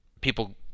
people